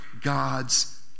God's